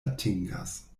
atingas